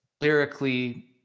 lyrically